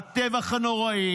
הטבח הנורא,